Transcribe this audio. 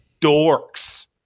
dorks